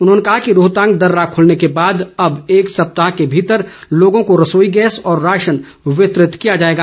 उन्होंने कहा कि रोहतांग दर्रा खुलने के बाद अब एक सप्ताह के भीतर लोगों को रसोई गैस और राशन वितरित किया जाएगा